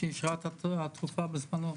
כשאישרה את התרופה בזמנו?